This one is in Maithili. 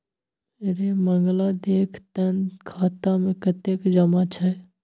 रे मंगला देख तँ खाता मे कतेक जमा छै